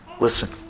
listen